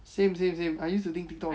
same same same I used to think TikTok